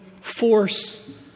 force